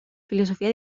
filosofía